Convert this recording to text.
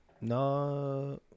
No